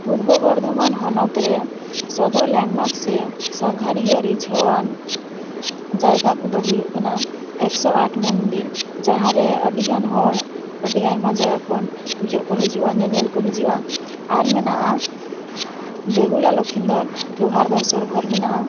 ᱯᱩᱨᱵᱚᱵᱚᱨᱫᱷᱚᱢᱟᱱ ᱦᱚᱱᱚᱛ ᱨᱮ ᱥᱚᱫᱚᱨ ᱞᱮᱱᱰᱢᱟᱨᱠ ᱥᱮ ᱥᱟᱸᱜᱷᱟᱨᱤᱭᱟᱹ ᱨᱤᱡᱷᱟᱹᱣ ᱟᱱ ᱡᱟᱭᱜᱟ ᱠᱚᱫᱚ ᱦᱩᱭᱩᱜ ᱠᱟᱱᱟ ᱮᱠᱥᱳ ᱟᱴ ᱢᱚᱱᱫᱤᱨ ᱡᱟᱦᱟᱸᱨᱮ ᱟᱹᱰᱤ ᱜᱟᱱ ᱦᱚᱲ ᱟᱹᱰᱤ ᱟᱭᱢᱟ ᱡᱟᱭᱜᱟ ᱠᱷᱚᱱ ᱯᱩᱡᱟᱹᱜ ᱠᱚ ᱦᱤᱡᱩᱜᱼᱟ ᱧᱮᱧᱮᱞ ᱠᱚ ᱦᱤᱡᱩᱜᱼᱟ ᱟᱨ ᱢᱮᱱᱟᱜᱼᱟ ᱵᱮᱦᱩᱞᱟ ᱞᱚᱠᱷᱤᱱᱫᱚᱨ ᱞᱳᱦᱟᱨ ᱵᱟᱥᱚᱨᱜᱷᱚᱨ ᱢᱮᱱᱟᱜᱼᱟ